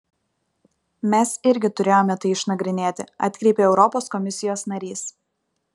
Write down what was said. mes irgi turėjome tai išnagrinėti atkreipė europos komisijos narys